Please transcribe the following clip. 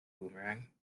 boomerang